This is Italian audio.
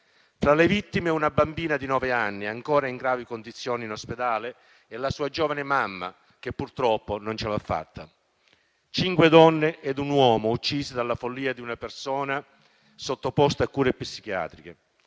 Fra le vittime, una bambina di nove anni ancora in gravi condizioni in ospedale e la sua giovane mamma, che purtroppo non ce l'ha fatta. Cinque donne ed un uomo uccisi dalla follia di una persona sottoposta a cure psichiatriche.